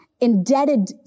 indebted